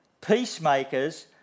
peacemakers